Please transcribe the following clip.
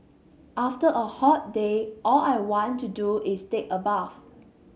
after a hot day all I want to do is take a bath